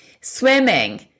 swimming